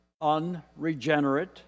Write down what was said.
unregenerate